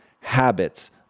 habits